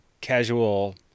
casual